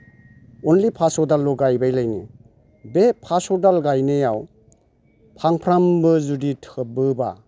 अनलि पास्स' दाल ल' गायबाय लायनो बे पास्स' दाल गायनायाव फांफ्रामबो जुदि थोबोबा